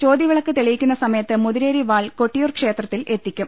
ചോതിവിളക്ക് തെളിയിക്കുന്ന സമയത്ത് മുതിരേരി വാൾ കൊട്ടിയൂർ ക്ഷേത്രത്തിലെത്തിക്കും